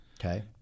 Okay